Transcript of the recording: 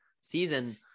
season